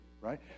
right